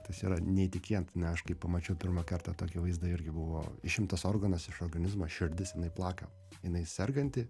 tas yra neįtikėtina aš kai pamačiau pirmą kartą tokį vaizdą irgi buvo išimtas organas iš organizmo širdis plaka jinai serganti